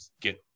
get